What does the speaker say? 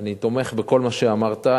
אני תומך בכל מה שאמרת,